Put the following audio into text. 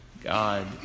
God